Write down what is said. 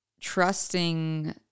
trusting